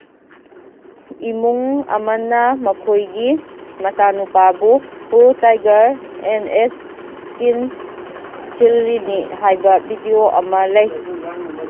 ꯏꯃꯨꯡ ꯑꯃꯅ ꯃꯈꯣꯏꯒꯤ ꯃꯆꯥꯅꯨꯄꯥꯕꯨ ꯇꯥꯏꯒꯔ ꯑꯦꯟ ꯑꯦꯁ ꯀꯤꯟ ꯊꯤꯜꯂꯤꯅꯤ ꯍꯥꯏꯕ ꯚꯤꯗꯤꯌꯣ ꯑꯃ ꯂꯩ